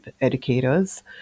educators